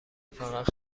فقط